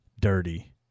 dirty